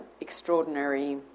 extraordinary